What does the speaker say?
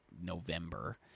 november